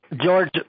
George